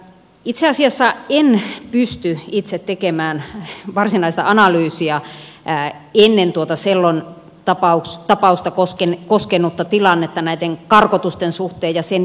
itse asiassa en pysty itse tekemään varsinaista analyysia koskien tilannetta näiden karkotusten suhteen ennen tuota sellon tapausta ja sen jälkeen